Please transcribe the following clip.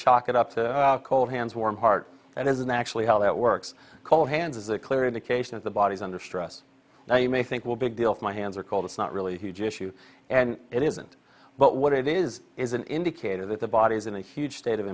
chalk it up to cold hands warm heart and isn't actually how that works cold hands is a clear indication of the body's under stress now you may think well big deal for my hands are cold it's not really a huge issue and it isn't but what it is is an indicator that the body's in a huge state of